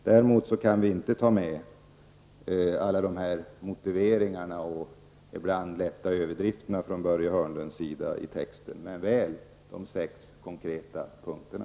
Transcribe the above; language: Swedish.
Däremot kan vi inte ta med alla motiveringar och ibland lätta överdrifter från Börje Hörnlunds sida i texten, men väl de sex konkreta punkterna.